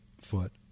foot